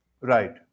right